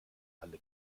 alle